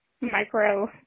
micro